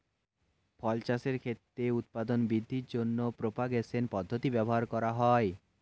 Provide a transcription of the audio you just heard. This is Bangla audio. ফল চাষের ক্ষেত্রে উৎপাদন বৃদ্ধির জন্য প্রপাগেশন পদ্ধতি ব্যবহার করা হয়